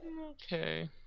Okay